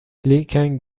لیکن